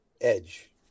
edge